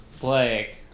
Blake